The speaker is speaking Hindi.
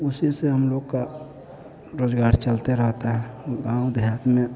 उसी से हम लोग का रोज़गार चलते रहता है गाँव देहात में